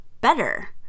better